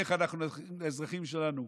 איך אנחנו עוזרים לאזרחים שלנו?